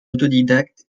autodidacte